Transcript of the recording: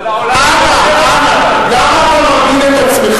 אבל העולם בוער עכשיו.